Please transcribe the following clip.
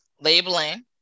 Labeling